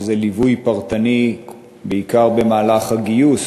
שזה ליווי פרטני בעיקר במהלך הגיוס,